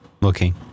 looking